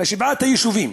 בשבעת היישובים.